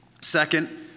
Second